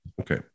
Okay